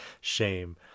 shame